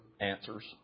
answers